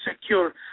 secure